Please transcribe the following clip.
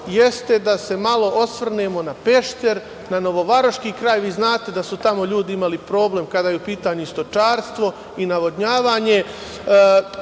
jeste da se malo osvrnemo na Pešter, na novovaroški kraj, vi znate da su tamo ljudi imali problem kada je u pitanju stočarstvo i navodnjavanje.